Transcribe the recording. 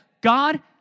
God